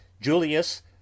Julius